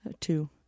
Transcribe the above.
Two